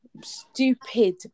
stupid